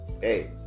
hey